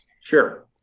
Sure